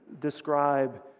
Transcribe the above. describe